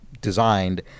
designed